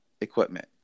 equipment